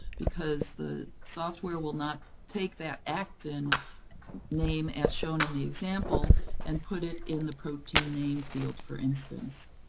because the software will not take that actin name as shown in the example, and put it in the protein name field, for instance.